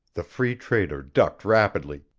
the free trader ducked rapidly,